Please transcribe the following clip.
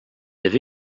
avez